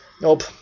nope